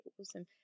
awesome